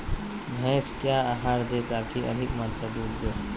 भैंस क्या आहार दे ताकि अधिक मात्रा दूध दे?